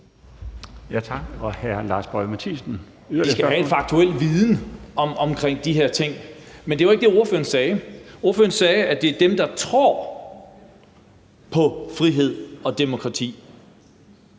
Kl. 11:49 Lars Boje Mathiesen (UFG): De skal have en faktuel viden om de her ting. Men det var ikke det, ordføreren sagde. Ordføreren sagde, at det er til dem, der tror på frihed og demokrati.